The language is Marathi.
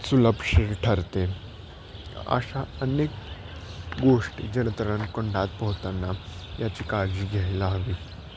सुलक्ष ठरते अशा अनेक गोष्टी जलतरण कुंडात पोहताना याची काळजी घ्यायला हवी